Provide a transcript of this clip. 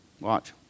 Watch